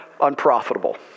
unprofitable